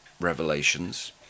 revelations